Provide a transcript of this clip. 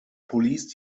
police